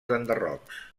enderrocs